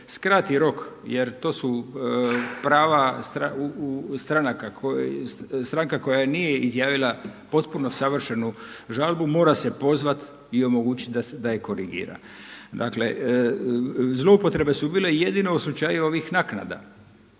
skrati rok, jer to su prava stranaka. Stranka koja nije izjavila potpuno savršenu žalbu mora se pozvati i omogućiti da ju korigira. Dakle, zloupotrebe su bile jedine u slučaju ovih naknada.